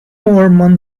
mormon